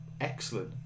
excellent